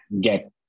get